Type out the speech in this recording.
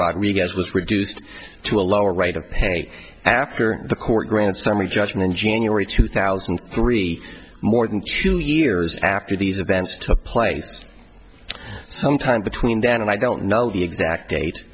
rodriguez was reduced to a lower rate of pay after the court granted summary judgment in january two thousand and three more than two years after these events took place sometime between then and i don't know the exact